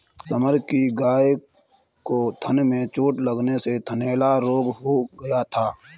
summer की गाय को थन में चोट लगने से थनैला रोग हो गया था